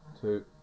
two